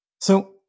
So-